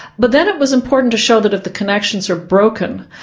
but then it was important to show that if the connections are broken,